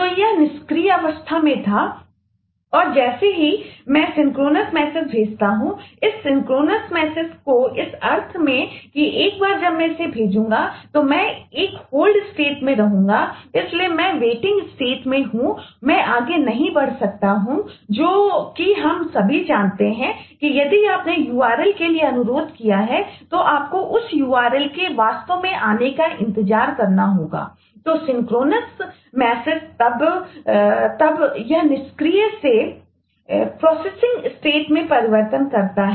तो यह निष्क्रिय अवस्था में था और जैसे ही मैं एक सिंक्रोनस मैसेज भेजता है